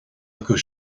acu